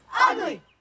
ugly